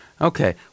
Okay